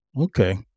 Okay